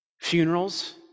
Funerals